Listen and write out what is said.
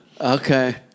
Okay